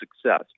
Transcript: success